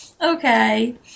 Okay